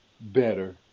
better